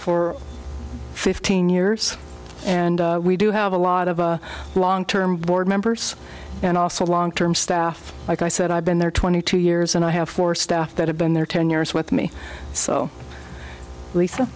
for fifteen years and we do have a lot of long term board members and also long term staff like i said i've been there twenty two years and i have four staff that have been there ten years with me so lisa